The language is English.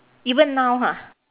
even now ha